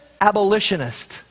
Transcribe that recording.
abolitionist